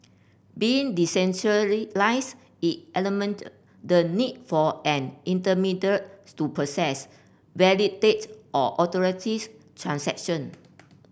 being it eliminate the need for an intermediary to process validate or authorities transaction